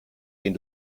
den